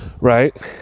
right